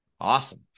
Awesome